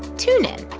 tune in.